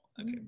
Okay